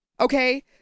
Okay